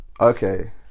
Okay